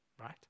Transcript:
right